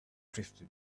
drifted